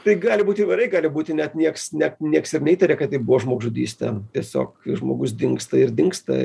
tai gali būti gali būti net niekas net nieks ir neįtaria kad tai buvo žmogžudystė tiesiog žmogus dingsta ir dingsta